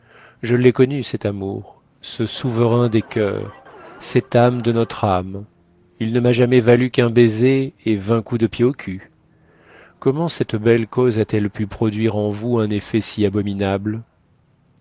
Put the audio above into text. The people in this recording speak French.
je l'ai connu cet amour ce souverain des coeurs cette âme de notre âme il ne m'a jamais valu qu'un baiser et vingt coups de pied au cul comment cette belle cause a-t-elle pu produire en vous un effet si abominable